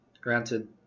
granted